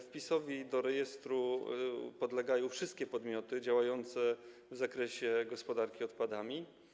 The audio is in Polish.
Wpisowi do rejestru podlegają wszystkie podmioty działające w zakresie gospodarki odpadami.